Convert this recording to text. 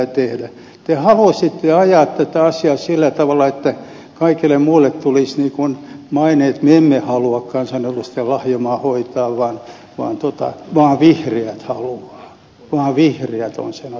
te halusitte ajaa tätä asiaa sillä tavalla että kaikille muille tulisi maine että me emme halua kansanedustajien lahjontaa hoitaa vain vihreät haluavat vain vihreät ovat sen asian kannalla